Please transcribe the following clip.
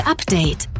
Update